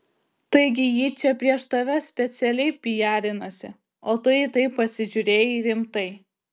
taigi ji čia prieš tave specialiai pijarinasi o tu į tai pasižiūrėjai rimtai